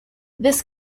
this